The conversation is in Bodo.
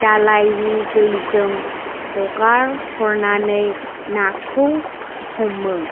दालायनि दैजों हगार हरनानै नाखौ हमो